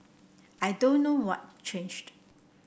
I don't know what changed